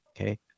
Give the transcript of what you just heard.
okay